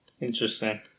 Interesting